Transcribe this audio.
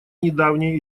недавнее